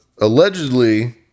Allegedly